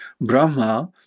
Brahma